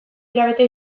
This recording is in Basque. hilabete